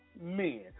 men